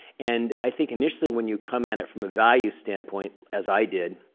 and i think initially, when you come at it from a value standpoint, as i did,